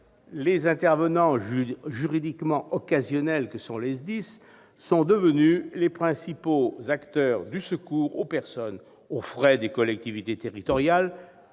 les intervenants juridiquement occasionnels que sont les SDIS sont devenus les principaux acteurs du secours aux personnes, aux frais des collectivités territoriales,